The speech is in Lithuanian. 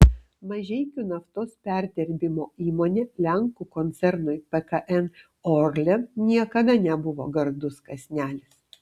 mažeikių naftos perdirbimo įmonė lenkų koncernui pkn orlen niekada nebuvo gardus kąsnelis